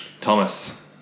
Thomas